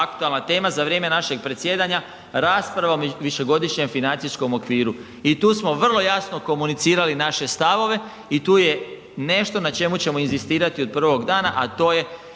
aktualna tema za vrijeme našeg predsjedanja, rasprava o višegodišnjem financijskom okviru i tu smo vrlo jasno komunicirali naše stavove i tu je nešto na čemu ćemo inzistirati od prvog dana, a to je